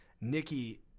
Nikki